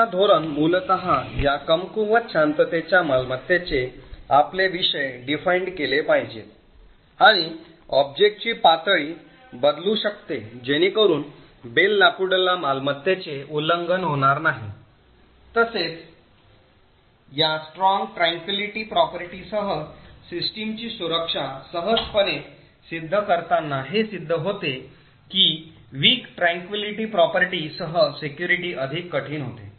सुरक्षा धोरण मूलत या कमकुवत शांततेच्या मालमत्तेने आपले विषय परिभाषित केले पाहिजेत आणि ऑब्जेक्टची पातळी बदलू शकते जेणेकरून बेल लापडुलाच्या मालमत्तेचे उल्लंघन होणार नाही तसेच या Strong Tranquillity property सह सिस्टमची सुरक्षा सहजपणे सिद्ध करतांना हे सिद्ध होते कि Weak Tranquillity property सह सेक्युरिटी अधिक कठीण होते